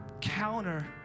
counter